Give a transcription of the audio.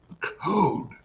code